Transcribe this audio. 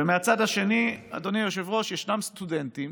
ומהצד השני, אדוני היושב-ראש, ישנם סטודנטים